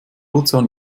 ozean